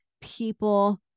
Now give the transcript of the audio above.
people